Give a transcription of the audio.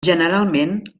generalment